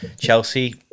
Chelsea